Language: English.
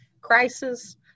crisis